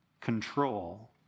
control